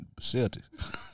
Celtics